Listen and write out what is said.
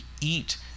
eat